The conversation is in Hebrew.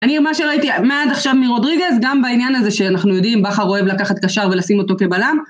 אני מה שראיתי עד עכשיו מרודריגס, גם בעניין הזה שאנחנו יודעים, בכר אוהב לקחת קשר ולשים אותו כבלם